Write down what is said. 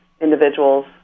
individuals